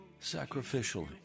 sacrificially